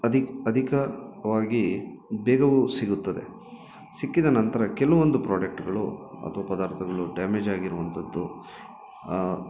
ಅದಕ್ಕೆ ಅಧಿಕ ವಾಗಿ ಬೇಗವೂ ಸಿಗುತ್ತದೆ ಸಿಕ್ಕಿದ ನಂತರ ಕೆಲವೊಂದು ಪ್ರಾಡಕ್ಟ್ಗಳು ಅಥ್ವಾ ಪದಾರ್ಥಗಳು ಡ್ಯಾಮೇಜ್ ಆಗಿರುವಂಥದ್ದು